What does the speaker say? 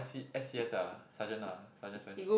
C s_c_s ah sergeant ah sergeant